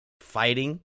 fighting